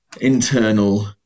internal